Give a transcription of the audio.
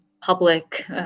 public